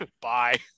Bye